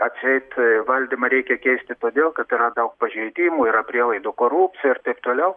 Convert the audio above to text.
atseit valdymą reikia keisti todėl kad yra daug pažeidimų yra prielaidų korupcijai ir taip toliau